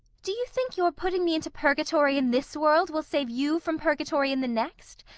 do you think your putting me into purgatory in this world, will save you from purgatory in the next?